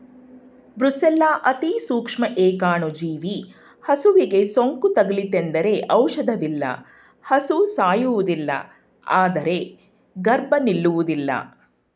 brucella ಅತಿಸೂಕ್ಷ್ಮ ಏಕಾಣುಜೀವಿ ಹಸುವಿಗೆ ಸೋಂಕು ತಗುಲಿತೆಂದರೆ ಔಷಧವಿಲ್ಲ ಹಸು ಸಾಯುವುದಿಲ್ಲ ಆದ್ರೆ ಗರ್ಭ ನಿಲ್ಲುವುದಿಲ್ಲ